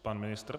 Pan ministr.